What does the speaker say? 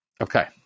Okay